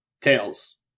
Tails